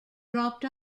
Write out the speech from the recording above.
dropped